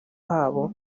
habo